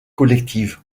collective